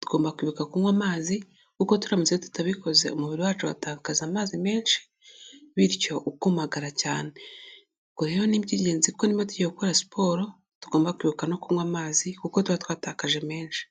tugomba kwibuka kunywa amazi, kuko turamutse tutabikoze, umubiri wacu watakaza amazi menshi, bityo ukumagara cyane, ubwo rero ni iby'ingenzi ko niba tugiye gukora siporo, tugomba kwibuka no kunywa amazi, kuko tuba twatakaje menshi.